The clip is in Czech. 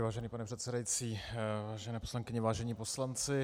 Vážený pane předsedající, vážené poslankyně, vážení poslanci.